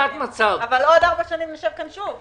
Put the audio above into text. אבל עוד ארבע שנים נשב פה שוב.